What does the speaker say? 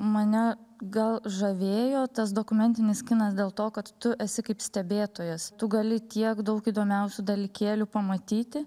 mane gal žavėjo tas dokumentinis kinas dėl to kad tu esi kaip stebėtojas tu gali tiek daug įdomiausių dalykėlių pamatyti